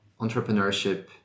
entrepreneurship